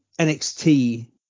NXT